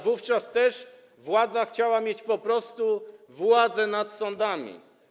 Wówczas też władza chciała mieć po prostu władzę nad sądami.